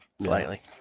slightly